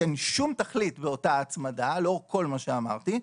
שאין שום תכלית באותה הצמדה לאור כל מה שאמרתי,